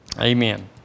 Amen